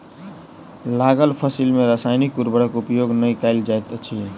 लागल फसिल में रासायनिक उर्वरक उपयोग नै कयल जाइत अछि